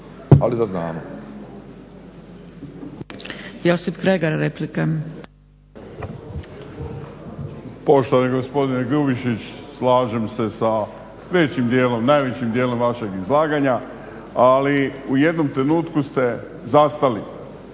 ali da znamo.